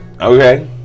Okay